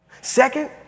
Second